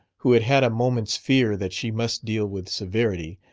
who had had a moment's fear that she must deal with severity,